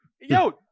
yo